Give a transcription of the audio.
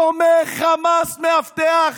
תומך חמאס מאבטח,